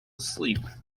asleep